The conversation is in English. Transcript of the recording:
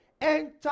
enter